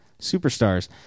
superstars